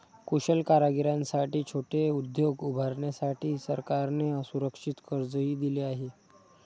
कुशल कारागिरांसाठी छोटे उद्योग उभारण्यासाठी सरकारने असुरक्षित कर्जही दिले आहे